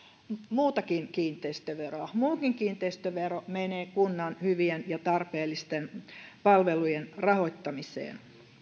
muutakin kiinteistöveroa muukin kiinteistövero menee kunnan hyvien ja tarpeellisten palvelujen rahoittamiseen